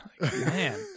Man